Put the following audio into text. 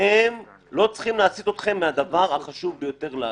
לא צריכים להסית אתכם מהדבר החשוב ביותר לעשות.